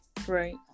Right